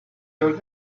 your